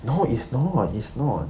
no it's not it's not